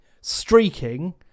streaking